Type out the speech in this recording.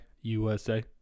USA